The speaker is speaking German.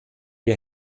wir